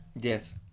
Yes